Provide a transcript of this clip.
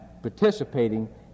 participating